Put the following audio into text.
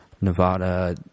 Nevada